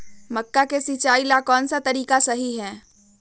मक्का के सिचाई ला कौन सा तरीका सही है?